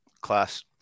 Class